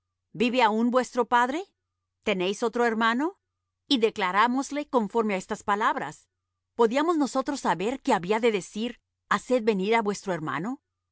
vive aún vuestro padre tenéis otro hermano y declarámosle conforme á estas palabras podíamos nosotros saber que había de decir haced venir á vuestro hermano